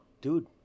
Dude